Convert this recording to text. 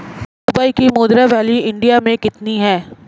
Dubai की मुद्रा value India मे कितनी है?